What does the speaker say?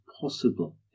possible